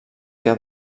que